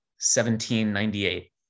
1798